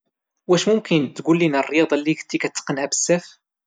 واش ممكن تقول لنا الرياضة اللي كنتي كاتقنها بزاف؟